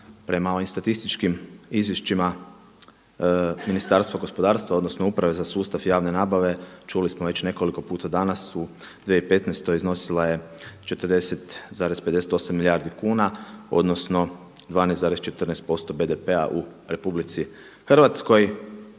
ovim statističkim izvješćima Ministarstva gospodarstva, odnosno Uprave za sustav javne nabave. Čuli smo već nekoliko puta danas u 2015. iznosila je 40,58 milijardi kuna odnosno 12,14% BDP-a u Republici Hrvatskoj.